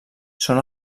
són